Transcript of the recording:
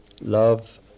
Love